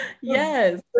yes